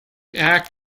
act